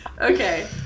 Okay